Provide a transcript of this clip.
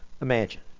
imagine